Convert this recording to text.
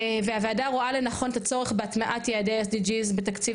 והוועדה רואה לנכון את הצורך בהטמעת יעדי ה-SDG בתקציב